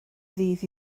ddydd